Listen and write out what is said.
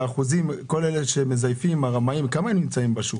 מהו האחוזים של הרמאים והזייפנים בשוק?